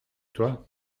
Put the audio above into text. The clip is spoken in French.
toi